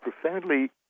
profoundly